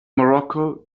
morocco